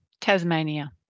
Tasmania